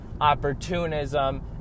opportunism